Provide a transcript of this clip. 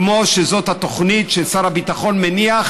כמו התוכנית ששר הביטחון מניח